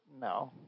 No